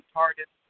target